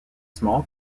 small